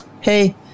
Hey